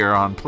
on